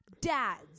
dads